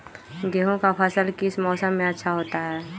गेंहू का फसल किस मौसम में अच्छा होता है?